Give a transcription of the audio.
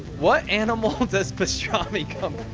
what animal does pastrami come